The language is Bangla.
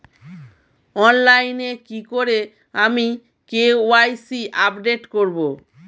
অনলাইনে কি করে আমি কে.ওয়াই.সি আপডেট করব?